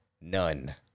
none